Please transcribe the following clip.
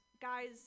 guys